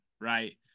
Right